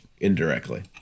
indirectly